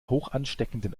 hochansteckenden